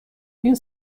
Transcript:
این